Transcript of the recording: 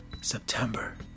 September